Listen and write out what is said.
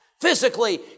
Physically